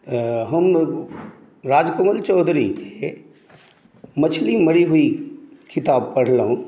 हम राजकमल चौधरीके मछली मरी हुई किताब पढलहुँ